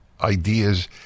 ideas